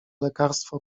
lekarstwo